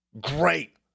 Great